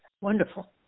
Wonderful